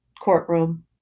courtroom